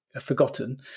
forgotten